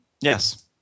Yes